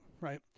right